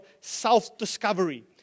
self-discovery